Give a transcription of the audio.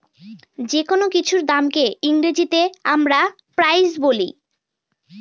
যেকোনো কিছুর দামকে ইংরেজিতে আমরা প্রাইস বলি